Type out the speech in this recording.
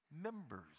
Members